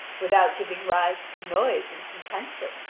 without giving rise to noise and contention,